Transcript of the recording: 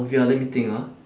ya let me think ah